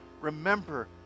remember